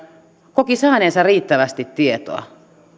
koki saaneensa riittävästi tietoa